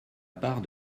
part